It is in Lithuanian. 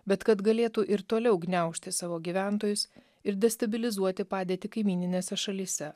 bet kad galėtų ir toliau gniaužti savo gyventojus ir destabilizuoti padėtį kaimyninėse šalyse